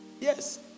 Yes